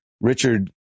Richard